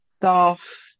staff